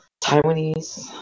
Taiwanese